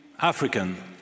African